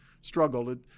struggled